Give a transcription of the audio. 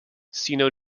sino